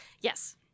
Yes